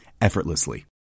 effortlessly